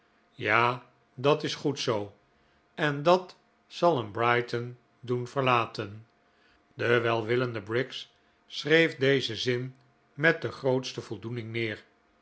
ja dat is goed zoo en dat zal hem brighton doen verlaten de welwillende briggs schreef dezen zin met de grootste voldoening neer